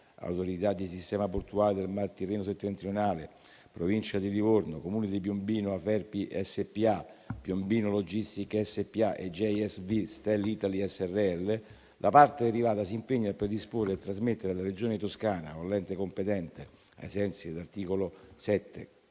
l'Autorità di sistema portuale del Mar Tirreno settentrionale, la Provincia di Livorno, il Comune di Piombino, Aferpi SpA, Piombino logistiche SpA e JSW Steel Italy Srl, la parte derivata si impegna e predisporre e a trasmettere alla Regione Toscana o all'ente competente, ai sensi dell'articolo 7,